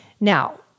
Now